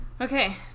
Okay